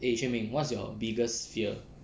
!hey! shu ming what's your biggest fear